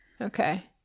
Okay